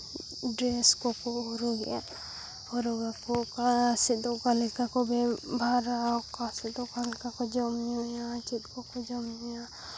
dress ᱠᱚᱠᱚ ᱦᱚᱨᱚᱜᱮᱫᱼᱟ ᱦᱚᱨᱚᱜᱽ ᱟᱠᱚ ᱚᱠᱟ ᱥᱮᱫ ᱫᱚ ᱚᱠᱟ ᱞᱮᱠᱟ ᱠᱚ ᱵᱮᱵᱷᱟᱨᱟ ᱚᱠᱟ ᱥᱮᱫ ᱫᱚ ᱚᱠᱟ ᱞᱮᱠᱟ ᱠᱚ ᱡᱚᱢ ᱧᱩᱭᱟ ᱪᱮᱫ ᱠᱚᱠᱚ ᱡᱚᱢ ᱧᱩᱭᱟ